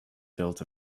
built